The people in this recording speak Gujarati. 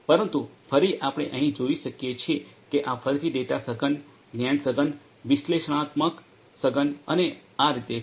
પરંતુ ફરી આપણે અહીં જોઈ શકીએ કે આ ફરીથી ડેટા સઘન જ્ઞાન સઘન વિશ્લેષણાત્મક સઘન અને આ રીતે છે